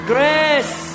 Grace